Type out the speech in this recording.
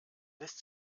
lässt